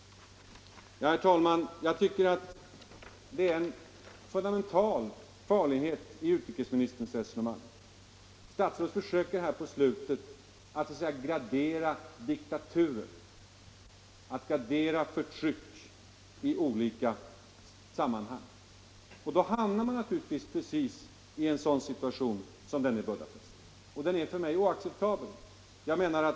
Herr talman, jag tycker att det är en fundamental farlighet i utrikesministerns resonemang. Statsrådet försöker här på slutet att så att säga gradera diktaturer, att gradera förtryck i olika sammanhang. Då hamnar man precis i en sådan situation som den nu i Budapest. Den är för mig oacceptabel.